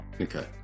Okay